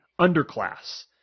underclass